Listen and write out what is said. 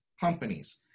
companies